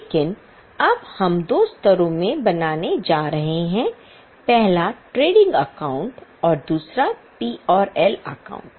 लेकिन अब हम दो स्तरों में बनाने जा रहे हैं पहला ट्रेडिंग अकाउंट और दूसरा P और L अकाउंट